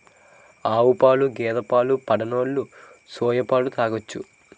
ఆవుపాలు గేదె పాలు పడనోలు సోయా పాలు తాగొచ్చు